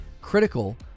critical